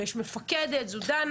ויש מפקדת שזו שלי.